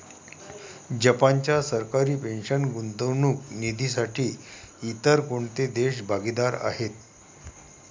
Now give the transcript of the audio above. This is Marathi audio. जपानच्या सरकारी पेन्शन गुंतवणूक निधीसाठी इतर कोणते देश भागीदार आहेत?